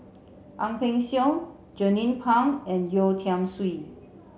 Ang Peng Siong Jernnine Pang and Yeo Tiam Siew